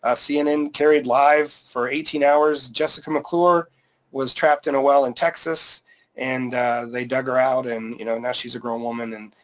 ah cnn carried live for eighteen hours, jessica mcclure was trapped in a well in texas and they dug her out and you know now she's a grown woman. and